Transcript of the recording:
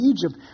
Egypt